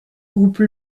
groupe